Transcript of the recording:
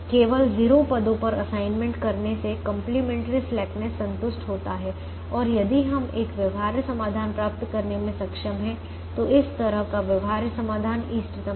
केवल 0 पदों पर असाइनमेंट करने से कंप्लीमेंट्री स्लेकनेस संतुष्ट होता है और यदि हम एक व्यवहार्य समाधान प्राप्त करने में सक्षम हैं तो इस तरह का व्यवहार्य समाधान इष्टतम है